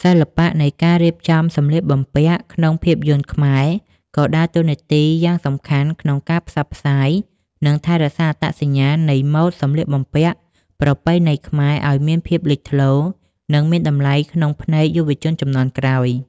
សិល្បៈនៃការរៀបចំសម្លៀកបំពាក់ក្នុងភាពយន្តខ្មែរ ក៏ដើរតួនាទីយ៉ាងសំខាន់ក្នុងការផ្សព្វផ្សាយ និងថែរក្សាអត្តសញ្ញាណនៃម៉ូដសម្លៀកបំពាក់ប្រពៃណីខ្មែរឱ្យមានភាពលេចធ្លោ និងមានតម្លៃក្នុងភ្នែកយុវជនជំនាន់ក្រោយ។